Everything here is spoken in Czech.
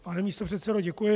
Pane místopředsedo, děkuji.